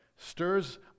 stirs